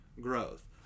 growth